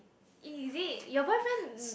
is it your boyfriend